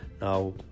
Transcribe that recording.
now